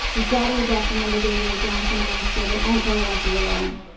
we've got to adopt another baby with down syndrome so that angkor won't be alone!